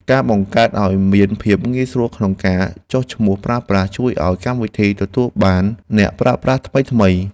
ការបង្កើតឱ្យមានភាពងាយស្រួលក្នុងការចុះឈ្មោះប្រើប្រាស់ ជួយឱ្យកម្មវិធីទទួលបានអ្នកប្រើប្រាស់ថ្មីៗ។